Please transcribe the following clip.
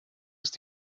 ist